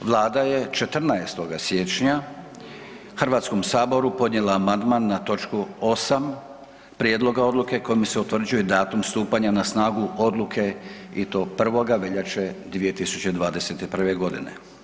Vlada je 14. siječnja Hrvatskom saboru podnijela amandman na točku 8. prijedloga odluke kojom se utvrđuje datum stupanja na snagu odluke i to 1. veljače 2021. godine.